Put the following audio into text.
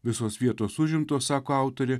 visos vietos užimtos sako autorė